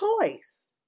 choice